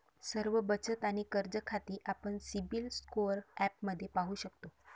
सर्व बचत आणि कर्ज खाती आपण सिबिल स्कोअर ॲपमध्ये पाहू शकतो